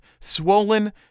swollen